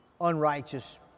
unrighteous